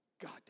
God